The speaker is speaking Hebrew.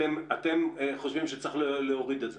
אתם חושבים שצריך להוריד את זה.